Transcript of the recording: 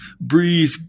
Breathe